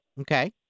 Okay